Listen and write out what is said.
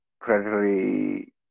predatory